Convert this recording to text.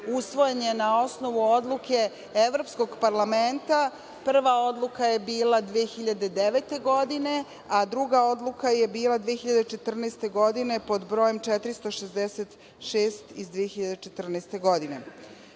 usvojen je na osnovu odluke Evropskoj parlamenta. Prva odluka je bila 2009. godine, a druga odluka je bila 2014. godine, pod brojem 466 iz 2014. godine.